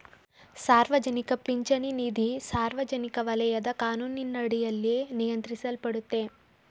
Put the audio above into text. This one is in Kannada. ಸಾರ್ವಜನಿಕ ಪಿಂಚಣಿ ನಿಧಿ ಸಾರ್ವಜನಿಕ ವಲಯದ ಕಾನೂನಿನಡಿಯಲ್ಲಿ ನಿಯಂತ್ರಿಸಲ್ಪಡುತ್ತೆ